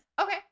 okay